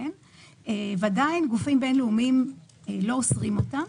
עדיין גופים בין-לאומיים לא אוסרים אותם,